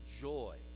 joy